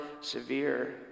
severe